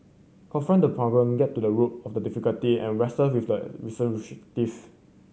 confront the problem get to the root of the difficulty and wrestle with the